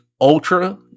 ultra